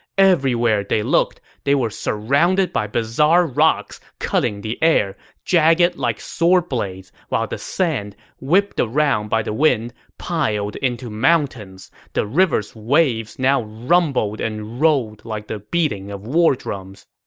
everywhere they looked, they were surrounded by bizarre rocks cutting the air, jagged like sword blades, while the sand, whipped around by the wind, piled into mountains. the river's waves now rumbled and rolled like the beating of war drums.